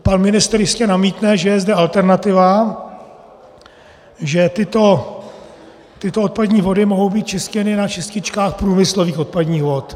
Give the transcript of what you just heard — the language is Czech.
Pan ministr jistě namítne, že je zde alternativa, že tyto odpadní vody mohou být čištěny na čističkách průmyslových odpadních vod.